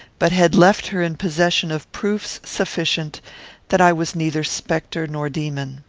but had left her in possession of proofs sufficient that i was neither spectre nor demon.